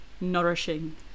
nourishing